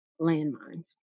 landmines